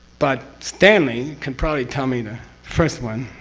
but, stanley can probably tell me the first one.